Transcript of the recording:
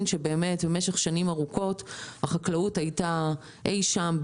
שבמשך שנים ארוכות החקלאות הייתה אי-שם,